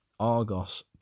Argos